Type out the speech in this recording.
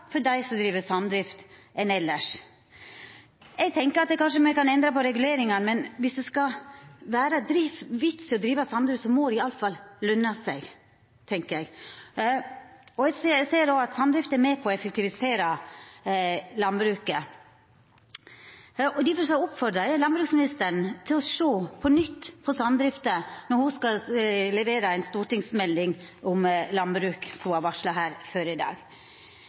i dei reglane me har no, vore høgre kvotetak for dei som driv samdrift, enn elles. Eg tenkjer at me kanskje kan endra på reguleringane, men viss det skal vera vits i å driva samdrift, må det i alle fall lønna seg. Eg ser òg at samdrift er med på å effektivisera landbruket. Difor oppfordrar eg landbruksministeren til å sjå på samdrifta på nytt, når ho skal levera ei stortingsmelding om landbruk, som ho har varsla her før i dag.